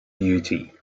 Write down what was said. beauty